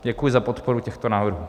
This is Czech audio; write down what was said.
Děkuji za podporu těchto návrhů.